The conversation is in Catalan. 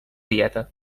dieta